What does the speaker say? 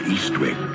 Eastwick